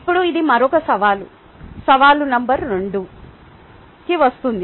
ఇప్పుడు ఇది మరొక సవాలు సవాలు నెంబర్ 2 కి వస్తుంది